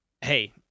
hey